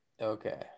Okay